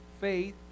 faith